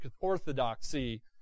orthodoxy